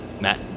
Matt